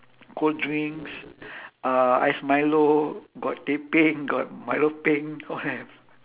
cold drinks uh ice milo got teh peng got milo peng all have